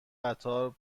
قطار